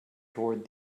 toward